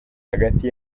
hagati